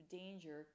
danger